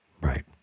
Right